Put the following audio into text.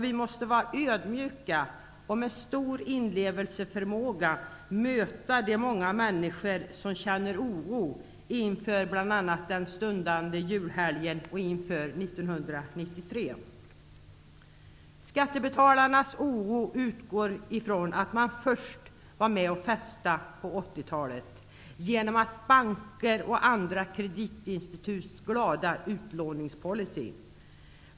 Vi måste vara ödmjuka och med stor inlevelseförmåga möta de många människor som känner oro bl.a. inför stundande julhelg och inför 1993. Skattebetalarnas oro utgår ifrån att man först var med om att festa på 1980-talet, genom bankernas och andra kreditinstituts glada utlåningspolicy.